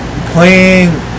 playing